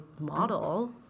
model